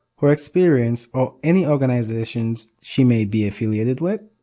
her experience, or any organizations she may be affiliated with?